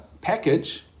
package